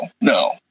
no